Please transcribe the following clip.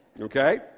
Okay